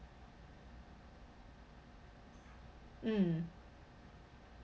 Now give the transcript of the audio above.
mm